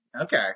Okay